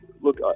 look